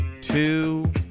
two